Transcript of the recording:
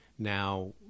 now